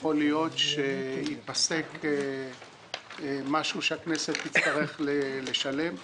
יכול להיות שייפסק משהו שהכנסת תצטרך לשלם,